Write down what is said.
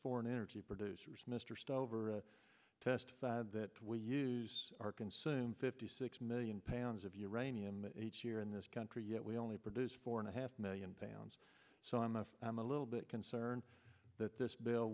foreign energy producers mr stover testified that we use are consumed fifty six million pounds of uranium each year in this country yet we only produce four and a half million pounds so i'm not i'm a little bit concerned that this bill